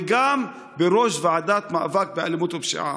וגם בראש הוועדה למאבק באלימות ובפשיעה.